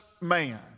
man